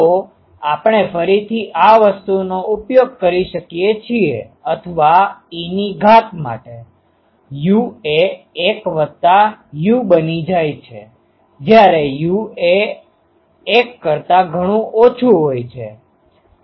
તો આપણે ફરીથી આ વસ્તુનો ઉપયોગ કરી શકીએ છીએ અથવા e ની ઘાત માટે u એ 1 વત્તા u બની જાય છે જ્યારે u એ 1 કરતા ઘણું ઓછું હોય છે